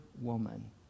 woman